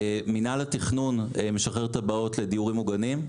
מינהל התכנון משחרר תב"עות לדיורים מוגנים,